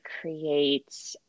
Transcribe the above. create